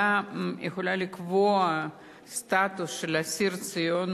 שיכולה לקבוע סטטוס של אסיר ציון,